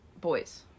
boys